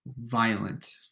violent